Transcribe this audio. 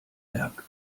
werk